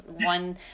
one